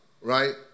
Right